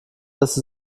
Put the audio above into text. dass